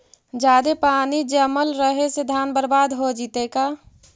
जादे पानी जमल रहे से धान बर्बाद हो जितै का?